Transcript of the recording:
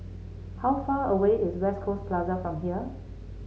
how far away is West Coast Plaza from here